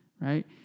Right